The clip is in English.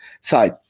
side